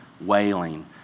wailing